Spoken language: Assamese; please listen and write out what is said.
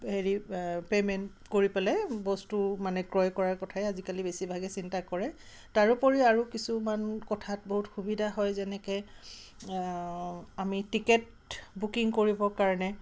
হেৰি পে'মেণ্ট কৰি পেলাই বস্তু মানে ক্ৰয় কৰাৰ কথাই আজিকালি বেছিভাগে চিন্তা কৰে তাৰোপৰি আৰু কিছুমান কথাত বহুত সুবিধা হয় যেনেকৈ আমি টিকেট বুকিং কৰিবৰ কাৰণে